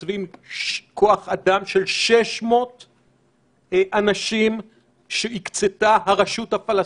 מתייצב כוח אדם של 600 אנשים שהקצתה הרשות הפלסטינית,